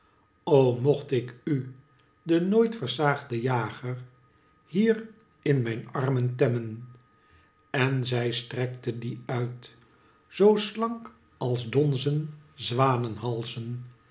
mocht ik u den nooit versaagden jager hier in mijn armen temmen en zij strekte die uit zoo slank als donzen zwanenhalzen